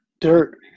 Dirt